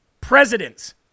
Presidents